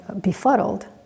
befuddled